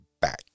back